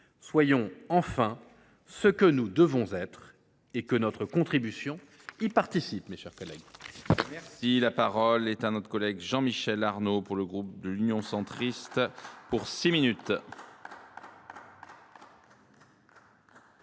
Soyons enfin ce que nous devons être ! Que notre contribution y participe